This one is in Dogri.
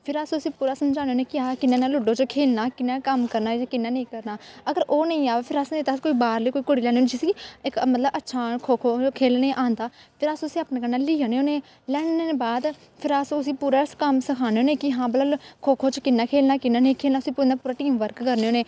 फिर अस उसी पूरा समझाने होन्ने कि कि'यां कि'यां लूडो च खेढनां कि'यां कम्म करनां जां कि'यां नेईं करना अगर ओह् नेईं आवै अस बाह्रली कोई कुड़ी लेआन्ने होन्ने जिसी मतलब अच्छा खो खो खेढने औंदा फिर अस उसी अपने कन्नै लेई औन्ने होन्ने लेआने दे बाद फ्ही अस उसी पूरा कम्म सखान्ने होन्ने हां भला खो खो च कि'यां खेढना कि'यां नेईं खेढना उसी पूरा टीम वर्क करने होन्ने